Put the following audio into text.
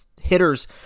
hitters